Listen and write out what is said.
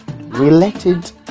related